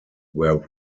were